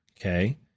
Okay